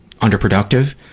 underproductive